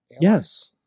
Yes